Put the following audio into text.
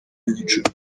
y’igicuri